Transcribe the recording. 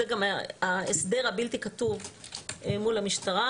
זה גם ההסדר הבלתי כתוב מול המשטרה,